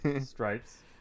Stripes